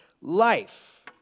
life